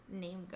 name